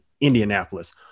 Indianapolis